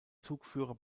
zugführer